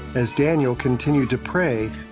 as daniel continue to pray,